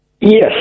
Yes